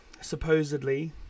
supposedly